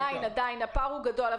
עדיין הפער הוא גדול.